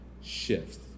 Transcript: shifts